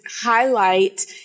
highlight